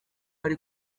bari